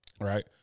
right